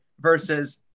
versus